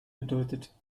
bedeutet